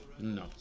No